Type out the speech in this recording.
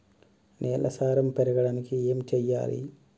నేల సారం పెరగడానికి ఏం చేయాలి?